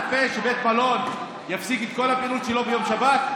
אתה מצפה שבית מלון יפסיק את כל הפעילות שלו ביום שבת?